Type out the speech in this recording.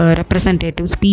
representatives